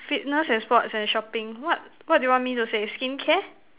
fitness and sports and shopping what what do you want me to say skincare